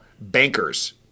bankers